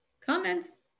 comments